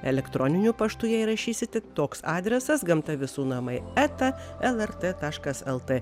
elektroniniu paštu jei rašysite toks adresas gamta visų namai eta lrt taškas lt